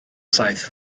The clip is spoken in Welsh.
saith